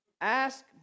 Ask